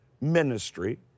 ministry